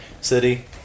city